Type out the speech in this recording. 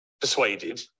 persuaded